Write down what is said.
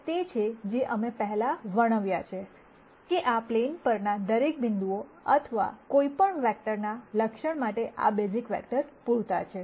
આ તે છે જે અમે પહેલાં વર્ણવ્યા છે કે આ પ્લેન પરના દરેક બિંદુઓ અથવા કોઈપણ વેક્ટરના લક્ષણ માટે આ બેઝિક વેક્ટર પૂરતા છે